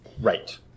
Right